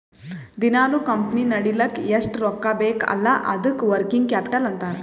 ದಿನಾಲೂ ಕಂಪನಿ ನಡಿಲ್ಲಕ್ ಎಷ್ಟ ರೊಕ್ಕಾ ಬೇಕ್ ಅಲ್ಲಾ ಅದ್ದುಕ ವರ್ಕಿಂಗ್ ಕ್ಯಾಪಿಟಲ್ ಅಂತಾರ್